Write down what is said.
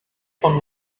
von